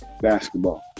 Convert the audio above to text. basketball